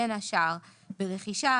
בין השאר ברכישה,